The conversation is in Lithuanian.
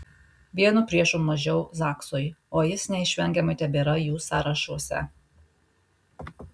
vienu priešu mažiau zaksui o jis neišvengiamai tebėra jų sąrašuose